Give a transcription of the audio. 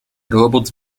robot